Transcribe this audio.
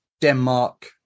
Denmark